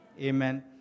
Amen